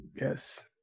Yes